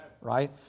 Right